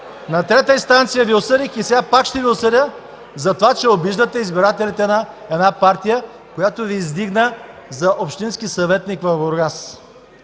На трета инстанция Ви осъдих и сега пак ще Ви осъдя за това, че обиждате избирателите на една партия, която Ви издигна за общински съветник в Бургас,